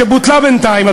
שבוטלה בינתיים,